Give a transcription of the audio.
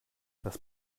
das